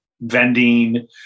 vending